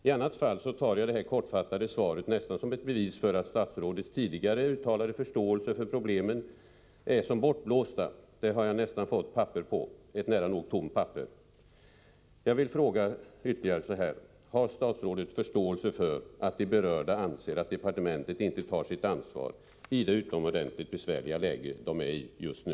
I annat fall tar jag detta kortfattade svar nästan som ett bevis för att statsrådets tidigare uttalade förståelse för problemen är som bortblåst. Det har jag nästan fått papper på — ett nära nog tomt papper! Har statsrådet förståelse för att de berörda anser att departementet inte tar sitt ansvar i det utomordentligt besvärliga läge de befinner sig i just nu?